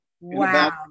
Wow